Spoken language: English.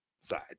side